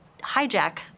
hijack